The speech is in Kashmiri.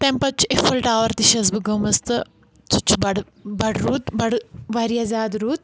تَمہِ پَتہٕ چھُ اِفٕل ٹاوَر تہِ چھَس بہٕ گٔمٕژ تہٕ سُہ تہِ چھُ بَڑٕ بَڑٕ رُت بَڑٕ واریاہ زیادٕ رُت